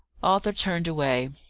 arthur turned away.